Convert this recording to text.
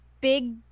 big